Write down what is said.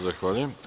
Zahvaljujem.